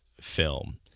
film